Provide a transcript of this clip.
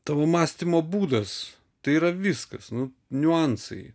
tavo mąstymo būdas tai yra viskas nu niuansai